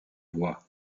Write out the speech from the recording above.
voie